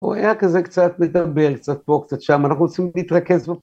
הוא היה כזה קצת מדבר קצת פה קצת שם, אנחנו רוצים להתרכז